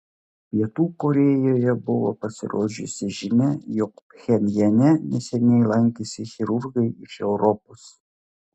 pietų korėjoje buvo pasirodžiusi žinia jog pchenjane neseniai lankėsi chirurgai iš europos